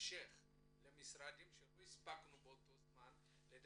המשך למשרדים שלא הספיקו לדווח